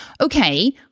okay